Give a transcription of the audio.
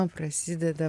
man prasideda